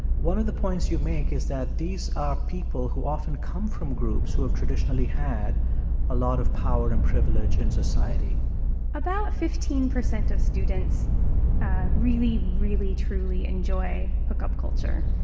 one of the points you make is that these are people who often come from groups who have traditionally had a lot of power and privilege in society about fifteen percent of students ah really, really, truly enjoy hookup culture.